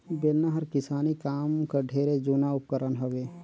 बेलना हर किसानी काम कर ढेरे जूना उपकरन हवे